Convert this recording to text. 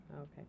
Okay